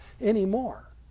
anymore